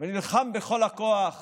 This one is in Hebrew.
ונלחם בכל הכוח